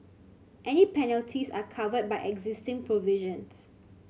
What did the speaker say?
any penalties are covered by existing provisions